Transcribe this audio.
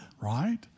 right